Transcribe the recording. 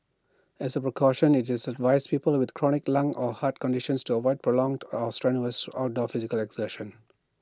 as A precaution IT just advised people with chronic lung or heart conditions to avoid prolonged or strenuous outdoor physical exertion